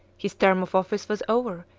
his term of office was over,